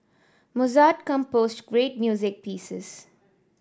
Mozart composed great music pieces